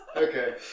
Okay